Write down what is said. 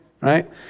Right